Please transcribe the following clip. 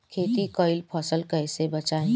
खेती कईल फसल कैसे बचाई?